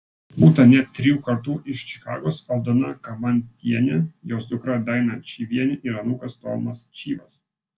būta net trijų kartų iš čikagos aldona kamantienė jos dukra daina čyvienė ir anūkas tomas čyvas